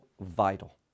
vital